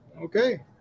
Okay